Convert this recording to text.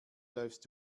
läufst